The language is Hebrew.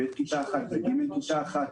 בשכבת ב' כיתה אחת,